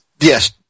Yes